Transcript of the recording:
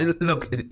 look